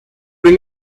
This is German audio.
den